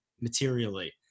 materially